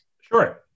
Sure